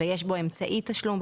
ויש בו אמצעי תשלום,